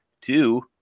two